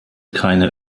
keine